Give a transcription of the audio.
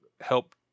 help